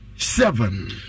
Seven